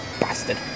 bastard